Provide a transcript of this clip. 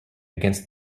against